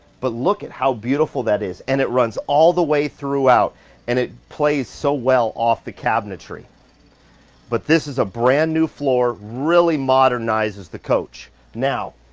but look at how beautiful that is. and it runs all the way throughout and it plays so well off the cabinetry but this is a brand new floor, really modernized as the coach. now,